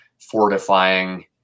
fortifying